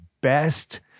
best